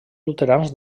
luterans